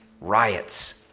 riots